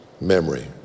Memory